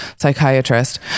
psychiatrist